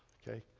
ok?